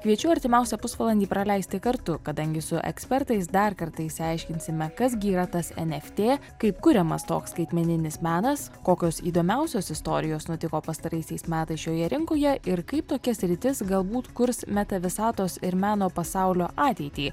kviečiu artimiausią pusvalandį praleisti kartu kadangi su ekspertais dar kartą išsiaiškinsime kas gi yra tas eft kaip kuriamas toks skaitmeninis menas kokios įdomiausios istorijos nutiko pastaraisiais metais šioje rinkoje ir kaip tokia sritis galbūt kurs meta visatos ir meno pasaulio ateitį